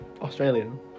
Australian